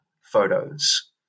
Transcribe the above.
photos